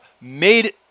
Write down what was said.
made